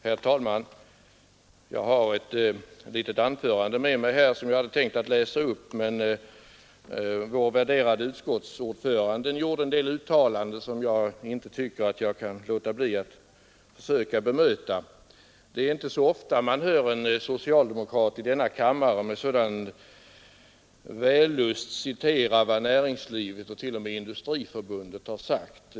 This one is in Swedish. Herr talman! Jag har ett skrivet anförande med mig som jag hade Onsdagen den tänkt läsa upp, men vår värderade utskottsordförande gjorde en del 21 februari 1973 uttalanden som jag först måste försöka bemöta. Så) Det är inte ofta man hör en socialdemokrat i denna kammare med sådan vällust citera vad näringslivet och t.o.m. Industriförbundet har sagt.